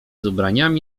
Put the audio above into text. ubraniami